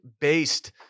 Based